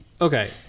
Okay